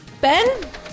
Ben